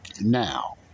Now